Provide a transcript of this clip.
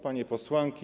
Panie Posłanki!